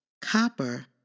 copper